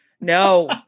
no